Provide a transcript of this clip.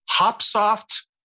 Hopsoft